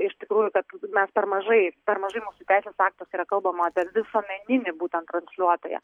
iš tikrųjų kad mes per mažai per mažai mūsų teisės aktuose yra kalbama apie visuomeninį būtent transliuotoją